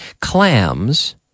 clams